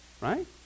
Right